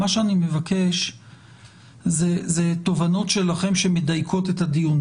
מה שאני מבקש זה את התובנות שלכם שמדייקות את הדיון,